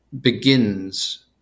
begins